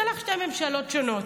צלח שתי ממשלות שונות.